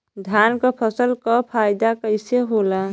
धान क फसल क फायदा कईसे होला?